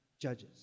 judges